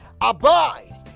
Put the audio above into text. abide